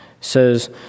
says